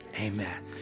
amen